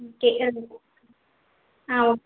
okay அது ஆ okay